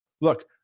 Look